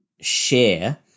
share